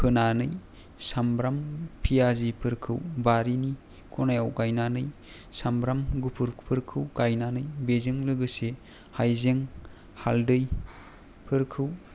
होनानै सामनब्राम पियाजफोरखौ बारिनि खनायाव गायनानै सामब्राम गुफुरफोरखौ गायनानै बेजों लोगोसे हाइजें हालदैफोरखौ